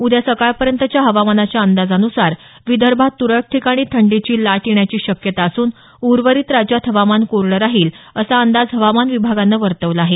उद्या सकाळपर्यंतच्या हवामानाच्या अंदाजान्सार विदर्भात तुरळक ठिकाणी थंडीची लाट येण्याची शक्यता असून उर्वरित राज्यात हवामान कोरडं राहील असा अंदाज हवामान विभागानं वर्तवला आहे